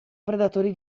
predatori